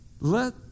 let